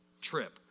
trip